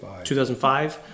2005